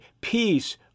peace